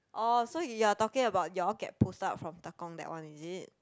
orh so you are talking about you all get posted out from Tekong that one is it